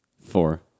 Four